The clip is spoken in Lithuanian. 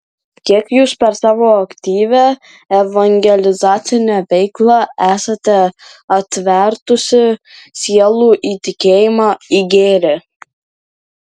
kiek jūs per savo aktyvią evangelizacinę veiklą esate atvertusi sielų į tikėjimą į gėrį